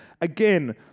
again